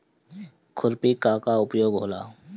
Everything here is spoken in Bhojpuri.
खुरपी का का उपयोग होला?